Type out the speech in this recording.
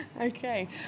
Okay